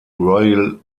royal